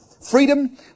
Freedom